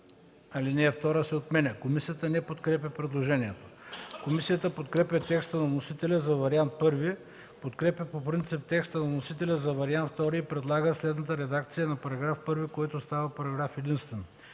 ал. 2 се отменя. Комисията не подкрепя предложението. Комисията подкрепя текста на вносителя за Вариант І, подкрепя по принцип текста на вносителя за Вариант ІІ и предлага следната редакция на § 1, който става параграф единствен: